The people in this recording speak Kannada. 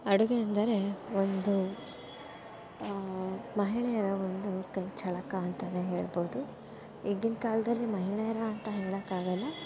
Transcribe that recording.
ಅಡುಗೆ ಅಂದರೆ ಒಂದು ಮಹಿಳೆಯರ ಒಂದು ಕೈ ಚಳಕ ಅಂತಲೇ ಹೇಳ್ಬೋದು ಈಗಿನ ಕಾಲದಲ್ಲಿ ಮಹಿಳೆಯರ ಅಂತ ಹೇಳೋಕ್ಕಾಗಲ್ಲ